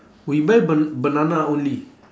we buy ban~ banana only